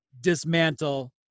dismantle